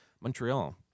Montreal